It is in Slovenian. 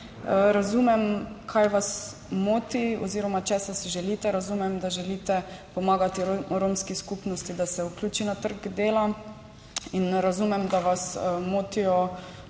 Razumem, kaj vas moti oziroma česa si želite, razumem, da želite pomagati romski skupnosti, da se vključi na trg dela, in razumem, da vas motijo